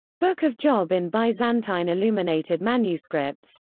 book of job in byzantine illuminated manuscripts